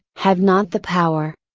have not the power.